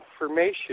information